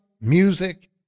music